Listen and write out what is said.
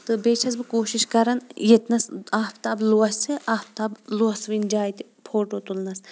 تہٕ بیٚیہِ چھٮ۪س بہٕ کوٗشِش کَران ییٚتِنَس آفتاب لوسہِ آفتاب لوسوٕنۍ جاے تہِ فوٹوٗ تُلنَس